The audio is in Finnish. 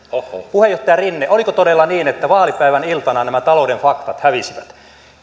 puheenjohtaja rinne oliko todella niin että vaalipäivän iltana nämä talouden faktat hävisivät